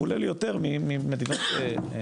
הוא עולה לי יותר ממדינות אחרות.